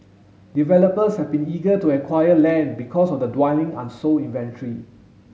developers have been eager to acquire land because of the dwindling unsold inventory